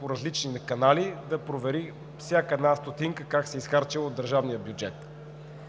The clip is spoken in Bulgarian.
по различни канали да провери всяка една стотинка как се е изхарчила от държавния бюджет.